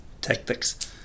Tactics